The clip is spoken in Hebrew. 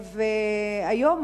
והיום,